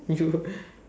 you